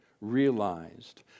realized